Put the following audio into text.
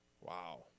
Wow